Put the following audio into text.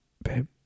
Babe